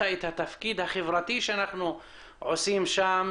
את התפקיד החברתי שאנחנו ממלאים שם.